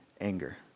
anger